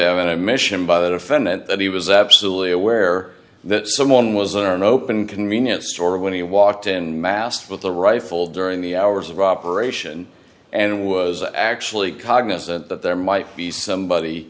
have an admission by the defendant that he was absolutely aware that someone was in an open convenience store when he walked in masked with a rifle during the hours of operation and was actually cognizant that there might be somebody